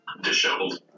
disheveled